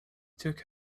took